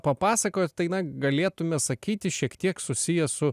papasakojot tai na galėtume sakyti šiek tiek susiję su